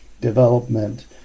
development